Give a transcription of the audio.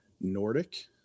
nordic